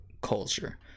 culture